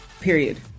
Period